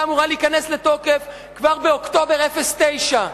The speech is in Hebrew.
אמורה להיכנס לתוקף כבר באוקטובר 09'